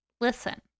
listen